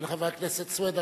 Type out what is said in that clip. ולחבר הכנסת סוייד,